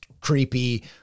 creepy